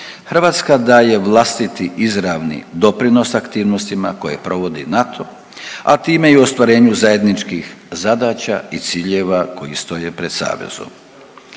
Hrvatska daje vlastiti izravni doprinos aktivnostima koje provodi NATO-o, a time i ostvarenju zajedničkih zadaća i ciljeva koji stoje pred savezom.